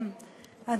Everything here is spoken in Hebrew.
תודה,